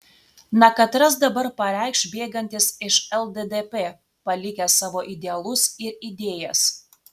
na katras dabar pareikš bėgantis iš lddp palikęs savo idealus ir idėjas